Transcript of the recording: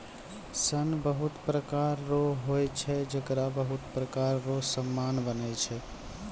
सन बहुत प्रकार रो होय छै जेकरा बहुत प्रकार रो समान बनै छै